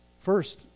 First